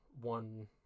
one